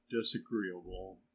disagreeable